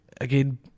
again